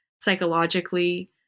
psychologically